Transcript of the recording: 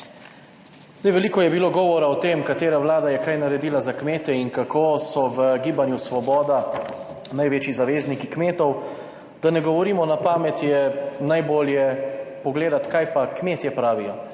Veliko je bilo govora o tem, katera vlada je kaj naredila za kmete in kako so v gibanju Svoboda največji zavezniki kmetov. Da ne govorimo na pamet, je najbolje pogledati, kaj pa kmetje pravijo.